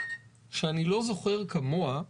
שאני לא זוכר כמוה,